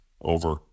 over